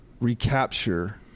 recapture